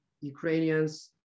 ukrainians